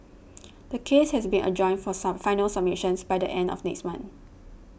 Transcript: the case has been adjourned for sub final submissions by the end of next month